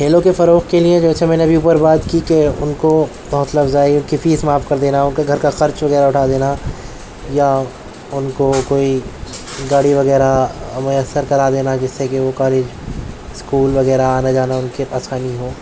کھیلوں کے فروغ کے لیے جیسے میں نے ابھی اوپر بات کی کہ ان کو حوصلہ افزائی ان کی فیس معاف کر دینا ان کے گھر کا خرچ وغیرہ اٹھا دینا یا ان کو کوئی گاڑی وغیرہ میسر کرا دینا جس سے کہ وہ کالج اسکول وغیرہ آنا جانا ان کے پاس ہو